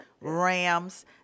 Rams